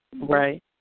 Right